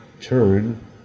turn